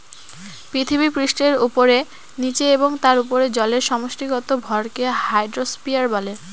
পৃথিবীপৃষ্ঠের উপরে, নীচে এবং তার উপরে জলের সমষ্টিগত ভরকে হাইড্রোস্ফিয়ার বলে